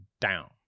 down